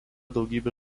daugybė